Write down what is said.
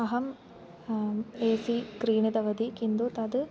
अहम् ए सि क्रीणितवती किन्तु तत्